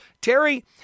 Terry